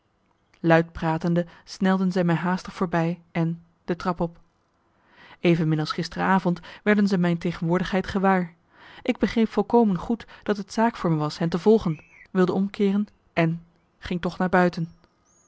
luid pratende snelden ze mij haastig voorbij en de trap op evenmin als gisteren avond werden zij mijn tegenwoordigheid gewaar ik begreep volkomen goed dat het zaak voor me was hen te volgen wilden omkeeren en ging toch naar buiten